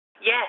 Yes